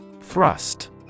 Thrust